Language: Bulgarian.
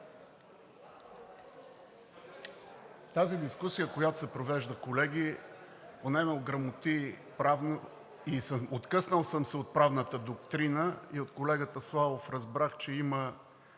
Тази дискусия, която се провежда, колеги, поне ме ограмоти правно. Откъснал съм се от правната доктрина и от колегата Славов разбрах, че има